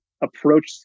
approach